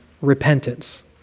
repentance